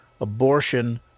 abortion